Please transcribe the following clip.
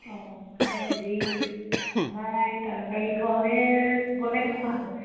অঁ মানে হেৰি আমাৰ এই তাৰকা গৃহলৈ হ'লে গ'লে কেনেকুৱা হ'ব